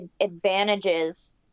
advantages